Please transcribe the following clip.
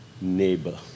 neighbor